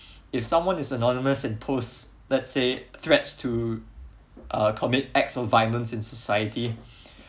if someone is anonymous and pose let's say threats to uh commit acts of violence in society